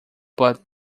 but